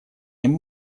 ним